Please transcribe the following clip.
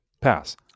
pass